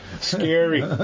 scary